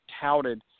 touted